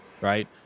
right